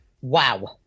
wow